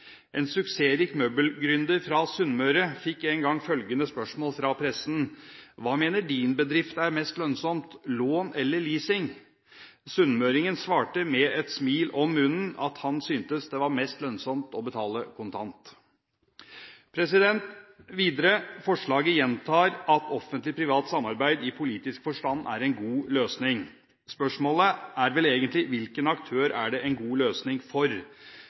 En suksessrik møbelgründer fra Sunnmøre fikk en gang følgende spørsmål fra pressen: Hva mener din bedrift er mest lønnsomt, lån eller leasing? Sunnmøringen svarte med et smil om munnen at han syntes det var mest lønnsomt å betale kontant. Videre: I forslaget gjentas det at Offentlig Privat Samarbeid i politisk forstand er en god løsning. Spørsmålet er vel egentlig: Hvilken aktør er det en god løsning for?